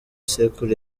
sekuru